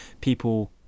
people